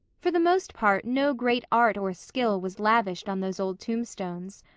for the most part no great art or skill was lavished on those old tombstones.